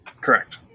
Correct